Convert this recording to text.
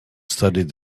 studied